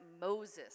Moses